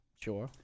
Sure